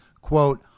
quote